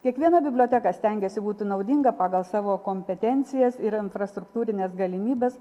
kiekviena biblioteka stengiasi būti naudinga pagal savo kompetencijas ir infrastruktūrines galimybes